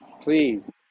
Please